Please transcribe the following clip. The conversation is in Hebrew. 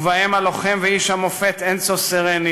ובהם הלוחם ואיש המופת אנצו סרני